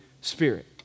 spirit